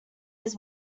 his